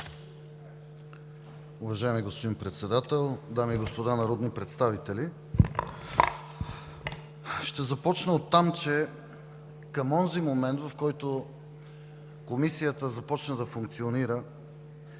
Уважаеми господин Председател, дами и господа народни представители! Ще започна оттам, че към онзи момент, в който Комисията започна да функционира,